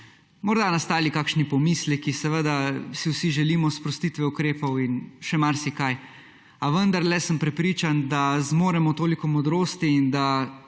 morda nastali kakšni pomisleki. Seveda si vsi želimo sprostitve ukrepov in še marsikaj. A vendarle sem prepričan, da zmoremo toliko modrosti in da